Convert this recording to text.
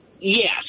Yes